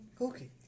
Okay